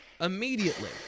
immediately